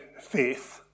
faith